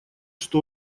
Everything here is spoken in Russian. что